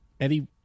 Eddie